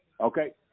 Okay